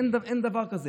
אין דבר כזה.